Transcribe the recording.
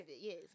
yes